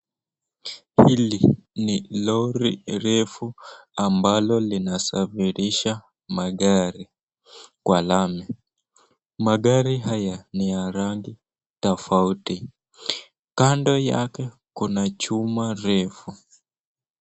Hili ni lori refu ambalo linasafirisha magari kwa lami. Magari haya ni ya rangi tofauti. Kando yake kuna chuma refu.